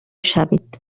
شوید